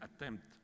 attempt